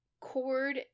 cord